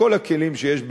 בכל הכלים שיש בידן,